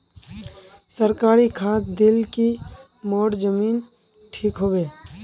सरकारी खाद दिल की मोर जमीन ठीक होबे?